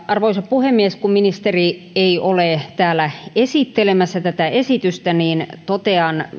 arvoisa puhemies kun ministeri ei ole täällä esittelemässä tätä esitystä niin totean